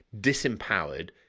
disempowered